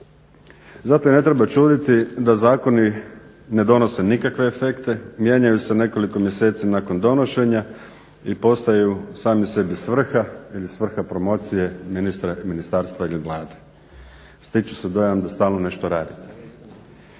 Zato i ne treba čuditi da zakoni ne donose nikakve efekte, mijenjaju se nekoliko mjeseci nakon donošenja i postaju sami sebi svrha ili svrha promocije ministara, ministarstva i Vlade. Stječe se dojam da stalno nešto radite.